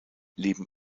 leben